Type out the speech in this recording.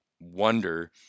wonder